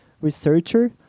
researcher